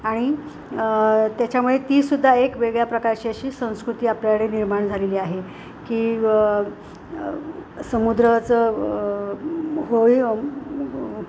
आणि त्याच्यामुळे तीसुद्धा एक वेगळ्या प्रकारची अशी संस्कृती आपल्याकडे निर्माण झालेली आहे की समुद्राचं होळी